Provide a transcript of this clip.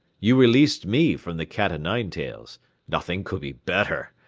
you released me from the cat-o'-nine-tails nothing could be better.